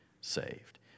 saved